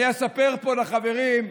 אני אספר פה לחברים,